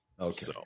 Okay